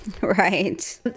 Right